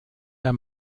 der